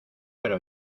pero